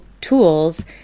tools